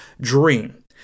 dream